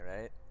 right